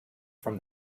from